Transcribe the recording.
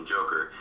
Joker